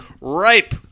ripe